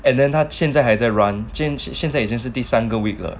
and then 他现在还在 run 今起现在已经是第三个 week 了